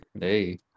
Hey